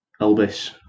Elvis